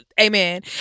Amen